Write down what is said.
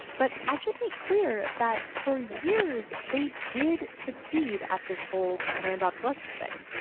but i should make clear that for years, they did succeed at this whole planned obsolescence thing.